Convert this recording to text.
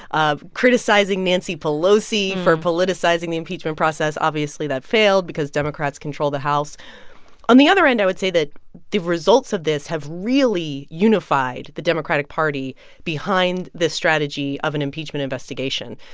criticizing nancy pelosi for politicizing the impeachment process. obviously, that failed because democrats control the house on the other end, i would say that the results of this have really unified the democratic party behind this strategy of an impeachment investigation.